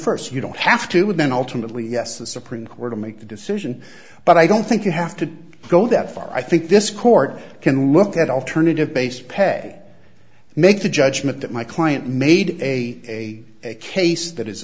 first you don't have to have been alternatively yes the supreme court to make the decision but i don't think you have to go that far i think this court can look at alternative based pay make the judgment that my client made a case that is